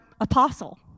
apostle